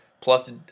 plus